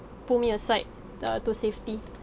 pull me aside uh to safety